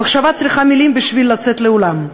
המחשבה צריכה מילים בשביל לצאת לעולם,